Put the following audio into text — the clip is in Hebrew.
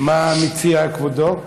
מה מציע כבודו?